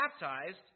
baptized